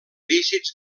dígits